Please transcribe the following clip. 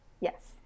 Yes